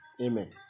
Amen